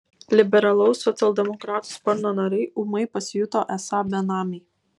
liberalaus socialdemokratų sparno nariai ūmai pasijuto esą benamiai